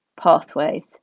pathways